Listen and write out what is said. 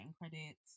credits